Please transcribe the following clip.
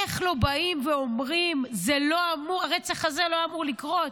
איך לא באים ואומרים שהרצח הזה לא אמור לקרות?